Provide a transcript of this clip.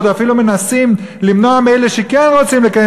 ועוד אפילו מנסים למנוע מאלה שכן רוצים לקיים